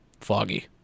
foggy